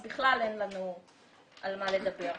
אז בכלל אין לנו על מה לדבר.